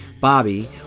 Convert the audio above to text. Bobby